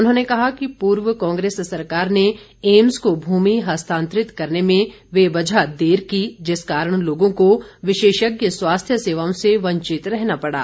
उन्होंने कहा की पूर्व कांग्रेस सरकार ने एम्स को भूमि हस्तांतरित करने में बेवजह देर की जिस कारण लोगों को विशेषज्ञ स्वास्थ्य सेवाओं से वंचित रहना पड़ा